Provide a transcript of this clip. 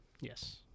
yes